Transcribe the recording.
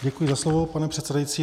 Děkuji za slovo, pane předsedající.